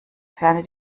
ferne